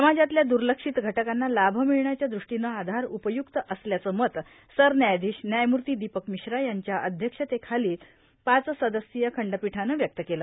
समाजातल्या दुर्लक्षित घटकांना लाभ मिळण्याच्या दृष्टीनं आधार उपय्रक्त असल्याचं मत सरन्यायाधीश व्यायमूर्ती दीपक मिश्रा यांच्या अध्यक्षतेखालील पाच सदस्यी घटनापीठानं व्यक्त केलं